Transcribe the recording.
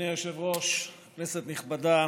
אדוני היושב-ראש, כנסת נכבדה,